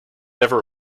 ever